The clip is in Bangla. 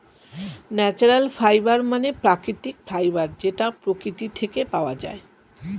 ন্যাচারাল ফাইবার মানে প্রাকৃতিক ফাইবার যেটা প্রকৃতি থেকে পাওয়া যায়